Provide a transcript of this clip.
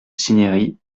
cinieri